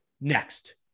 Next